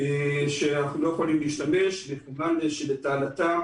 שאנחנו לא יכולים להשתמש מכיוון שלטענתם